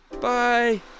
bye